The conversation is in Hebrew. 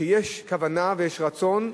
שיש כוונה ויש רצון,